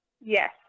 Yes